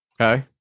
Okay